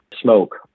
smoke